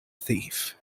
thief